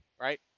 right